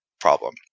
problem